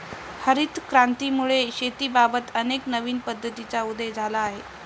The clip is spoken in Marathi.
हरित क्रांतीमुळे शेतीबाबत अनेक नवीन पद्धतींचा उदय झाला आहे